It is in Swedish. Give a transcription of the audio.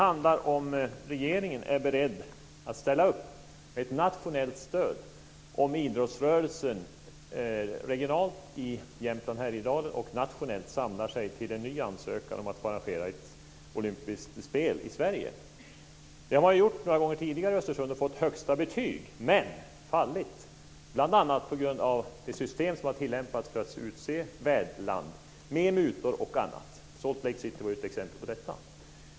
Är regeringen beredd att ställa upp med ett nationellt stöd om idrottsrörelsen regionalt i Jämtland och Härjedalen och nationellt samlar sig till en ny ansökan om att få arrangera ett olympiskt spel i Sverige? Östersund har gjort detta ett par gånger tidigare och fått högsta betyg - men fallit, bl.a. på grund av det system som har tillämpats för att utse värdland med hjälp av mutor och annat. Salt Lake City var ett exempel på detta.